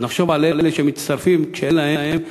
אז נחשוב על אלה שמצטרפים כשאין להם,